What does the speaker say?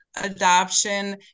adoption